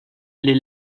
les